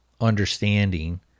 understanding